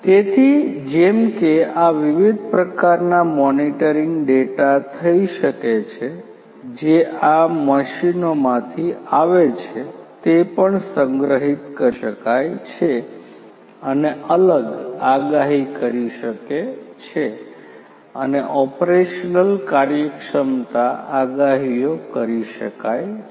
તેથી જેમ કે આ વિવિધ પ્રકારનાં મોનિટરિંગ ડેટા થઈ શકે છે જે આ મશીનોમાંથી આવે છે તે પણ સંગ્રહિત કરી શકાય છે અને અલગ આગાહી કરી શકે છે અને ઓપરેશનલ કાર્યક્ષમતા આગાહીઓ કરી શકાય છે